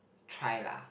try lah